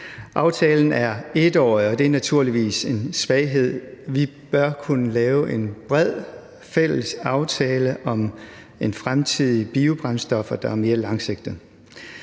Aftalen er 1-årig, og det er naturligvis en svaghed. Vi bør kunne lave en bred fælles aftale om en fremtidig ordning for biobrændstof, der er mere langsigtet.